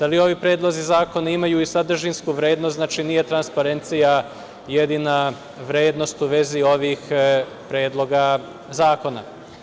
Ali, ovi predlozi zakona imaju i sadržinsku vrednost, znači nije transparencija jedina vrednost u vezi ovih predloga zakona.